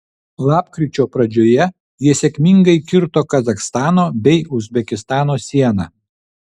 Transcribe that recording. lapkričio pradžioje jie sėkmingai kirto kazachstano bei uzbekistano sieną